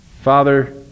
Father